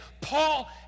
Paul